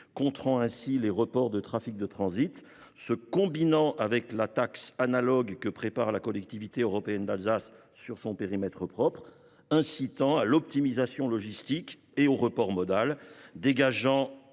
contrer les reports de trafic de transit. Combinée avec la taxe analogue que prépare la Collectivité européenne d’Alsace sur son périmètre propre, elle incitera à l’optimisation logistique et au report modal tout en